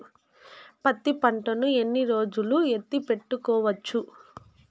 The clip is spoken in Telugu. పత్తి పంటను ఎన్ని రోజులు ఎత్తి పెట్టుకోవచ్చు?